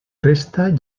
resta